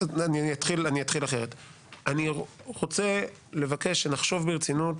אני רוצה שנחשוב ברצינות